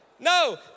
No